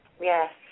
Yes